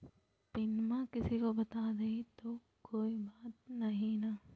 पिनमा किसी को बता देई तो कोइ बात नहि ना?